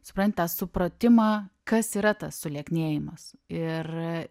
supranti tą supratimą kas yra tas sulieknėjimas ir